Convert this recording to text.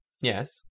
Yes